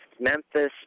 Memphis